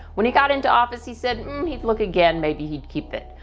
when he got into office, he said, mm-hmm he'd look again, maybe he'd keep it.